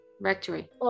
Rectory